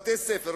בתי-ספר?